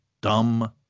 Dumb